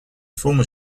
former